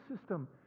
system